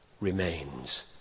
remains